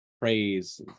praise